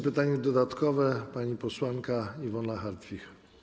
Pytanie dodatkowe, pani posłanka Iwona Hartwich.